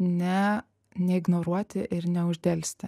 ne neignoruoti ir neuždelsti